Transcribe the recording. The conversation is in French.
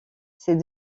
c’est